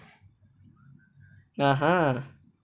a'ah